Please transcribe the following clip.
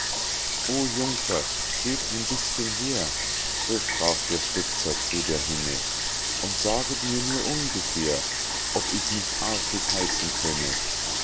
o jungfer seht ein bißchen her so sprach der stutzer zu der henne und saget mir nur ungefähr ob ich nicht artig heißen könne